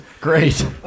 great